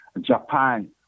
Japan